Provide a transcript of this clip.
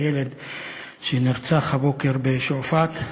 הילד שנרצח הבוקר בשועפאט.